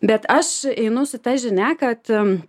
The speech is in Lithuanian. bet aš einu su ta žinia kad